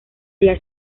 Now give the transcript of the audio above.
día